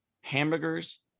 hamburgers